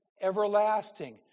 everlasting